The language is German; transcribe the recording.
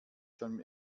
schon